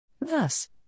Thus